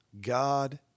God